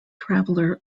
traveller